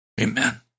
Amen